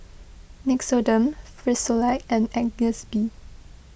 Nixoderm Frisolac and Agnes B